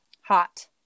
hot